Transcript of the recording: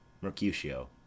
Mercutio